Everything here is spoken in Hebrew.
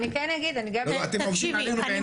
אתם עובדים עלינו בעיניים.